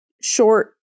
short